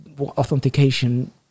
authentication